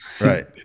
Right